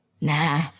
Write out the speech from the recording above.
Nah